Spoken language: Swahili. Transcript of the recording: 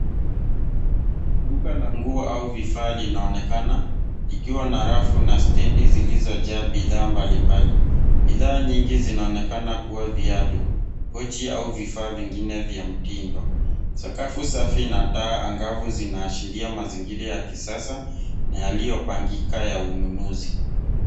Duka la nguo au vifaa linaonekana likiwa na rafu na stendi zilizojaa bidhaa mbalimbali. Bidhaa nyingi zinaonekana kuwa viatu, pochi au vifaa vingine vya mtindo. Sakafu safi na taa angavu zinaashiria mazingira ya kisasa na yaliyopangika ya ununuzi.